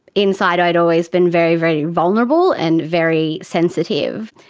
inside i had always been very, very vulnerable and very sensitive.